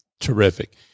Terrific